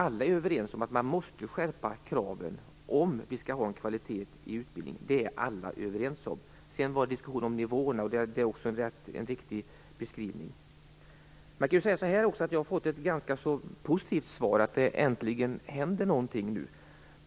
Alla är överens om att kraven måste skärpas om vi skall ha kvalitet i utbildningen. Det är alla överens om. Vidare var det en diskussion om nivåerna. Där är det också en riktig beskrivning. Jag har fått ett ganska positivt svar. Äntligen händer någonting.